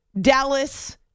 Dallas